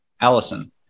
Allison